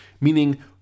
meaning